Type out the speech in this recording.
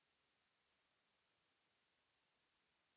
Merci